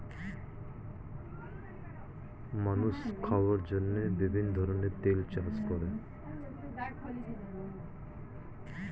মানুষ খাওয়ার জন্য বিভিন্ন ধরনের তেল চাষ করে